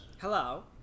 Hello